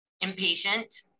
impatient